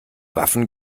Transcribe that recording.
waffen